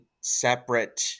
separate